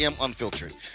Unfiltered